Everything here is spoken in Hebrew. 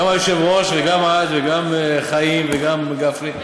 גם היושב-ראש וגם את וגם חיים וגם גפני.